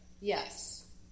yes